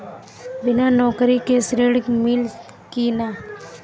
बिना नौकरी के ऋण मिली कि ना?